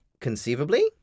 conceivably